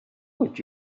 could